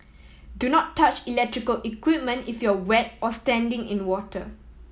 do not touch electrical equipment if you wet or standing in water